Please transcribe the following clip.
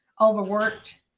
overworked